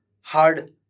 hard